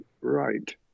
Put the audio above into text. right